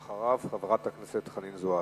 ואחריו, חברת הכנסת חנין זועבי.